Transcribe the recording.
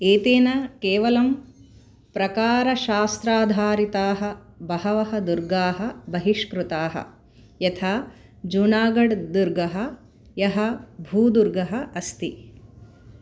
एतेन केवलं प्रकारशास्त्राधारिताः बहूनि दुर्गाणि बहिष्कृतानि यथा जूनागड् दुर्गं यत् भूदुर्गम् अस्ति